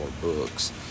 books